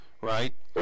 right